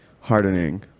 hardening